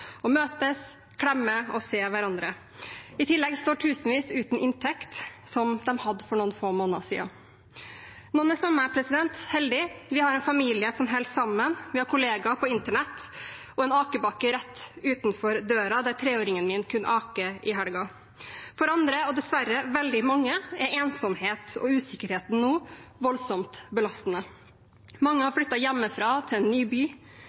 møtes, å klemme og å se hverandre. I tillegg står tusenvis uten inntekt, som de hadde for noen få måneder siden. Noen er, som meg, heldig: Vi har en familie som holder sammen, vi har kollegaer på internett og en akebakke rett utenfor døren der treåringen min kunne ake i helgen. For andre, og dessverre veldig mange, er ensomheten og usikkerheten nå voldsomt belastende. Mange har flyttet hjemmefra til en ny by.